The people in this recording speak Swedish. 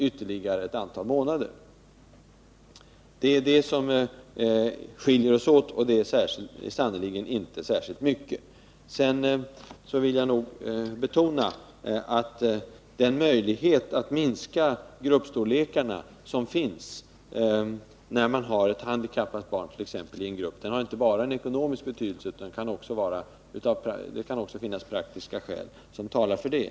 — Det är den frågan som skiljer oss åt, och det är sannerligen inte särskilt mycket. Jag vill betona att den möjlighet att minska gruppstorlekarna som finns när man har t.ex. ett handikappat barn i gruppen inte bara har ekonomisk betydelse. Det kan också finnas praktiska skäl som talar för det.